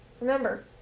Remember